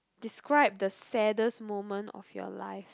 describe the saddest moment of your life